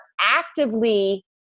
actively